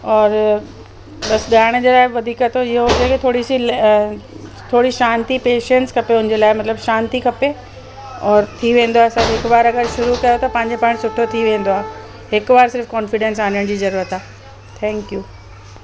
और बसि ॻाइण जे लाइ वधीक त इहो हुजे की थोरी सी थोरी शांति पेशंस खपे उन जे लाइ शांति खपे और थी वेंदो असां हिकु बार अगरि शुरू कयो त पंहिंजे पाण सुठो थी वेंदो आहे हिकु बार सिर्फ़ु कॉन्फिडेंस आणण जी ज़रूरत आहे थैंक्यू